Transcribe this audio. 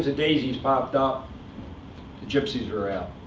and daisies popped up, the gypsies were out.